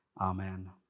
amen